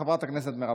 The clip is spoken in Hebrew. חברת הכנסת מירב